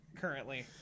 currently